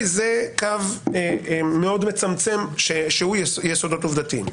זה קו מאוד מצמצם שהוא יסודות עובדתיים: